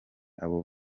abo